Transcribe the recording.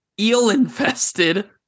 eel-infested